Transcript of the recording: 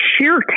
sheer